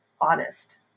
honest